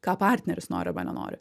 ką partneris nori arba nenori